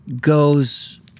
goes